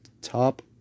top